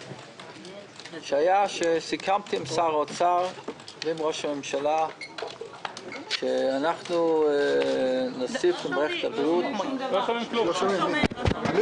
שהיה שסיכמתי עם שר האוצר ועם ראש הממשלה שאנחנו הולכים להעלות את מס